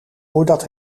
voordat